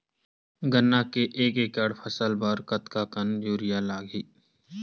गन्ना के एक एकड़ फसल बर कतका कन यूरिया लगही?